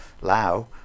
Lao